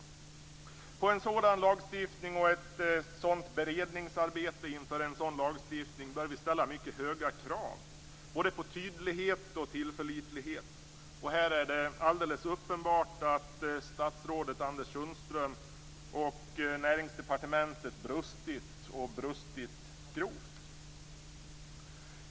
Inför en sådan lagstiftning och ett sådant beredningsarbete bör vi ställa mycket höga krav, på både tydlighet och tillförlitlighet. Här är det alldeles uppenbart att statsrådet Anders Sundström och Näringsdepartementet brustit grovt.